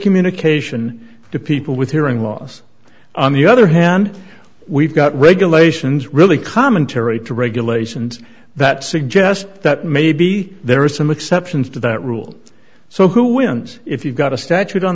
communication to people with hearing loss on the other hand we've got regulations really commentary to regulations that suggest that maybe there are some exceptions to that rule so who wins if you've got a statute on